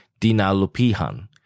Dinalupihan